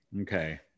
Okay